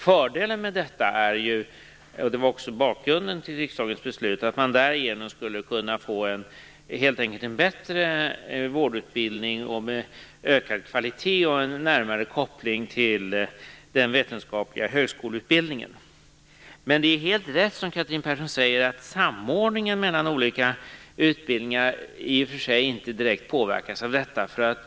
Fördelen med detta är, och det var också bakgrunden till riksdagens beslut, att man därigenom skulle kunna få en bättre vårdutbildning, med ökad kvalitet och en närmare koppling till den vetenskapliga högskoleutbildningen. Men det är helt rätt som Catherine Persson säger, att samordningen mellan olika utbildningar inte direkt påverkas av detta.